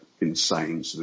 insane